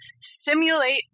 simulate